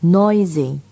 noisy